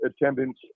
attendance